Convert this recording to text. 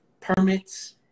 permits